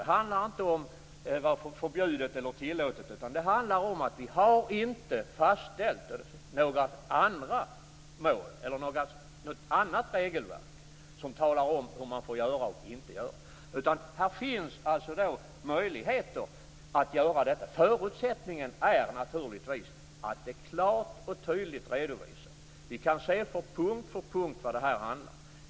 Det handlar inte om vad som är förbjudet eller tillåtet, utan det handlar om att vi inte har fastställt några andra mål eller något annat regelverk som talar om hur man får göra och inte göra. Här finns alltså möjligheter att göra detta. Förutsättningen är naturligtvis att det klart och tydligt redovisas. Vi kan se på punkt för punkt vad det här handlar om.